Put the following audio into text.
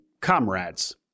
comrades